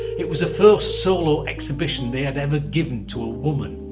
it was the first solo exhibition they had ever given to a woman.